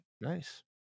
Nice